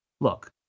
look